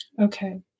Okay